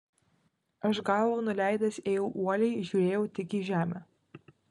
aš galvą nuleidęs ėjau uoliai žiūrėjau tik į žemę